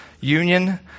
union